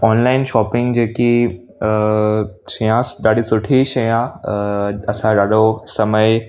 online shopping जेकी चयांसि ॾाढी सुठी शइ आहे अ असां ॾाढो समय